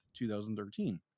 2013